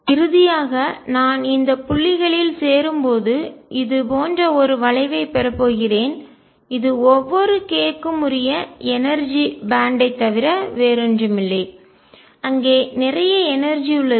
இறுதியாக நான் இந்த புள்ளிகளில் சேரும்போது இது போன்ற ஒரு வளைவைப் பெறப் போகிறேன் இது ஒவ்வொரு k க்கும் உரிய எனர்ஜிஆற்றல்பேன்ட் பட்டை ஐ தவிர வேறொன்றுமில்லை அங்கே நிறைய எனர்ஜிஆற்றல் உள்ளது